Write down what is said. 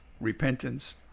repentance